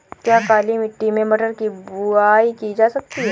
क्या काली मिट्टी में मटर की बुआई की जा सकती है?